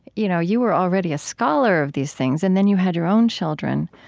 you know, you were already a scholar of these things. and then you had your own children.